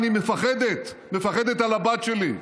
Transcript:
אני מפחדת, מפחדת על הבת שלי,